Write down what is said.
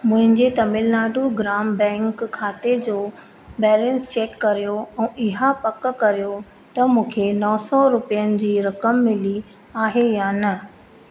मुंहिंजे तमिलनाडु ग्राम बैंक खाते जो बैलेंस चैक करियो ऐं इहा पक करियो त मूंखे नौ सौ रुपियनि जी रक़म मिली आहे या न